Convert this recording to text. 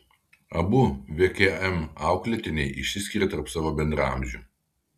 abu vkm auklėtiniai išsiskiria tarp savo bendraamžių